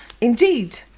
Indeed